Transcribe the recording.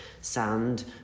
sand